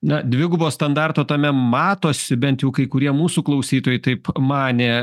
na dvigubo standarto tame matosi bent jau kai kurie mūsų klausytojai taip manė